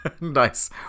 Nice